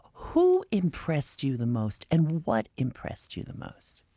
who impressed you the most? and what impressed you the most?